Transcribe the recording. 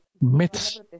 myths